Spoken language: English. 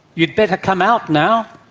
you'd better come out now.